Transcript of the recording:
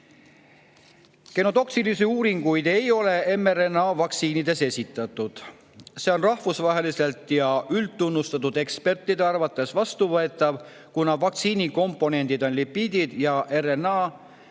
Genotoksilisuse uuringuid ei ole mRNA‑vaktsiinide puhul esitatud. See on rahvusvaheliselt ja üldtunnustatud ekspertide arvates vastuvõetav, kuna vaktsiini komponendid on lipiidid ja mRNA,